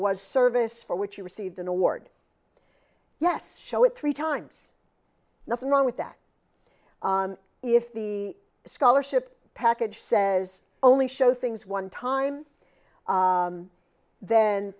was service for which you received an award yes show it three times nothing wrong with that if the scholarship package says only show things one time then